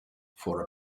for